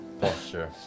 posture